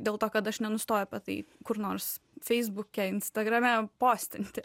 dėl to kad aš nenustoju apie tai kur nors feisbuke instagrame postinti